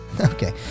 Okay